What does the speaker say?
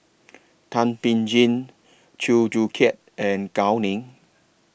Thum Ping Tjin Chew Joo Chiat and Gao Ning